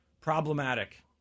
problematic